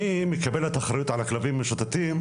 מי מקבל את האחריות על הכלבים המשוטטים?